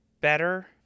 better